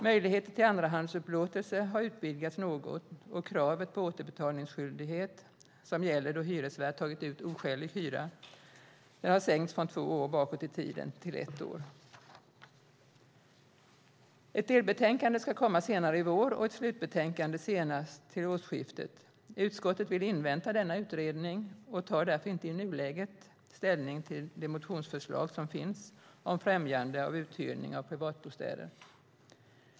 Möjligheter till andrahandsupplåtelse har utvidgats något, och kravet på återbetalningsskyldighet som gäller då en hyresvärd har tagit ut oskälig hyra har sänkts från två år bakåt i tiden till ett år. Ett delbetänkande ska komma senare i vår och ett slutbetänkande senast till årsskiftet. Utskottet vill invänta denna utredning och tar därför inte i nuläget ställning till de motionsförslag som finns om främjande av uthyrning av privatbostäder.